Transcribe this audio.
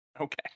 Okay